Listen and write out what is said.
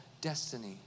destiny